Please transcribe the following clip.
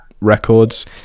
Records